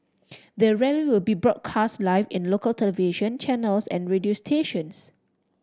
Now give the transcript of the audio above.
the rally will be broadcast live in local television channels and radio stations